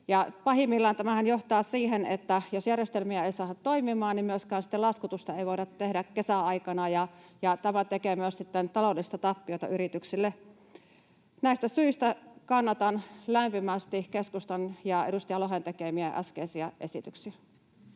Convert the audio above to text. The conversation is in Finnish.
Pahimmillaan tämä johtaa siihen, että jos järjestelmiä ei saada toimimaan, niin myöskään sitten laskutusta ei voida tehdä kesäaikana, ja tämä tekee myös sitten taloudellista tappiota yrityksille. Näistä syistä kannatan lämpimästi keskustan ja edustaja Lohen tekemiä äskeisiä esityksiä.